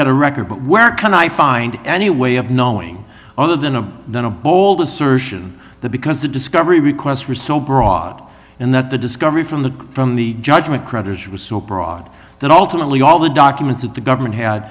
had a record but where can i find any way of knowing other than a then a bold assertion that because the discovery requests were so broad and that the discovery from the from the judgment creditor was so broad that ultimately all the documents that the government had